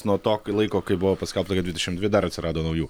nuo to laiko kai buvo paskelbta kad dvidešim dvi dar atsirado naujų